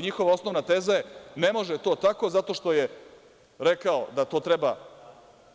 Njihova osnovna teza je – ne može to tako, zato što je rekao da to treba